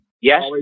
Yes